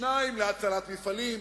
2, להצלת מפעלים,